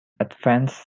advanced